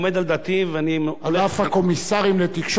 על אף הקומיסרים לתקשורת במשרד המשפטים,